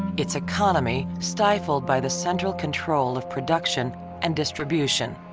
its economy stifled by the central control of production and distribution.